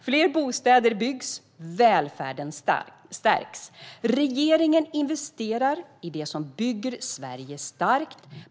Fler bostäder byggs. Välfärden stärks. Regeringen investerar i det som bygger Sverige starkt.